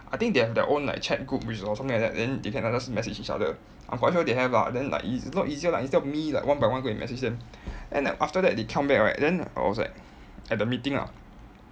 I think they have their own like chat group or something like that then they can just message each other I'm quite sure they have lah then like eas~ it's a lot easier lah instead of me like one by one go and message them then like after that they come back right then I was like at the meeting ah